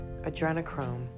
Adrenochrome